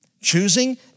Choosing